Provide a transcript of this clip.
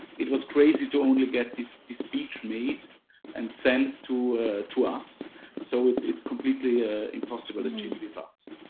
it was crazy to only get this speech made and sent to to us. so it's it's completely impossible that she's with us.